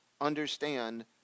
understand